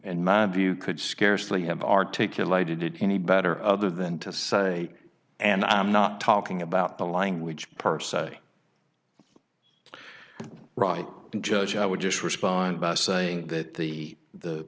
and my view could scarcely have articulated it any better other than to say and i'm not talking about the language per se right judge i would just respond by saying that the the